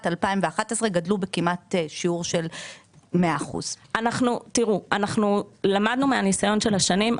2011 כמעט בשיעור של 100%. אנחנו למדנו מהניסיון של השנים,